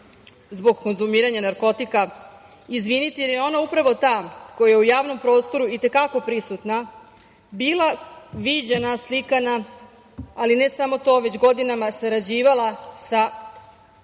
zbog konzumiranja narkotika, jer je ona upravo ta koja je u javnom prostoru i te kako prisutna, bila viđena, slikana, ali ne samo to, već godinama sarađivala sa